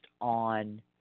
on